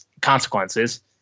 consequences